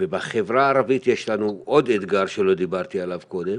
בחברה הערבית יש לנו עוד אתגר שלא דיברתי עליו קודם,